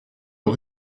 aux